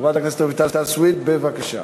חברת הכנסת רויטל סויד, בבקשה.